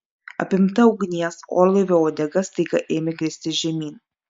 apimta ugnies orlaivio uodega staiga ėmė kristi žemyn